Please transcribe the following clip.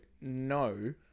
no